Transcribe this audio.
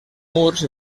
murs